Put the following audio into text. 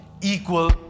equal